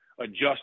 adjust